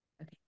okay